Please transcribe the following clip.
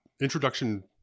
introduction